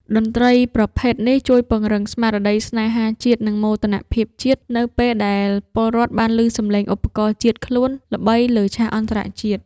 តន្ត្រីប្រភេទនេះជួយពង្រឹងស្មារតីស្នេហាជាតិ និងមោទនភាពជាតិ នៅពេលដែលពលរដ្ឋបានឮសំឡេងឧបករណ៍ជាតិខ្លួនល្បីលើឆាកអន្តរជាតិ។